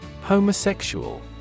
Homosexual